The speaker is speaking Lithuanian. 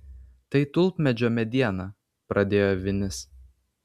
tai tulpmedžio mediena pradėjo vinis